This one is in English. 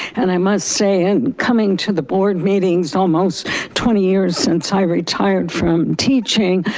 and i must say in coming to the board meetings almost twenty years since i retried from teaching,